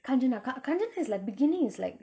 kanchana ka~ kanchana is like beginning is like